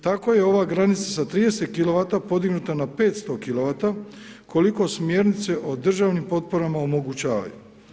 Tako je ova granica sa 30 kilovata podignuta na 500 kilovata, koliko smjernice o državnim potporama omogućavaju.